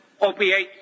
opiates